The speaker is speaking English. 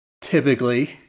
Typically